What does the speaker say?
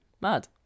mad